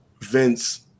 Vince